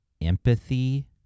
empathy